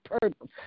purpose